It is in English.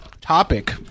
topic